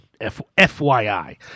FYI